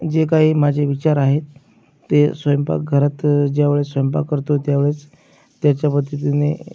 जे काही माझे विचार आहेत ते स्वयंपाकघरात ज्या वेळी स्वयंपाक करतो त्या वेळेस त्याच्या पद्धतीने